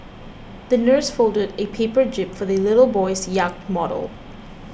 the nurse folded a paper jib for the little boy's yacht model